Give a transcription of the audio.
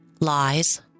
lies